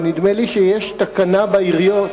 ונדמה לי שיש תקנה בעיריות,